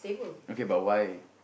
okay but why